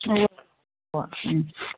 ഉവ്വ് ഉവ്വ് ഉം